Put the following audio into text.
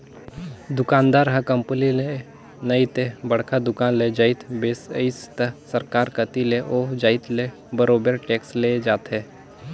दुकानदार ह कंपनी ले नइ ते बड़का दुकान ले जाएत बिसइस त सरकार कती ले ओ जाएत ले बरोबेर टेक्स ले जाथे